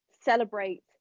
celebrate